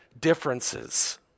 differences